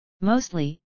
mostly